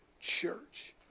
church